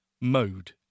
mode